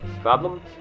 Problem